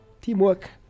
Teamwork